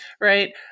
Right